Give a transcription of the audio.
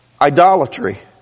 idolatry